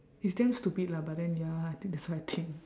it's damn stupid lah but then ya I think that's what I think